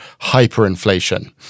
hyperinflation